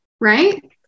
right